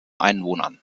einwohnern